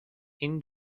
این